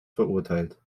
verurteilt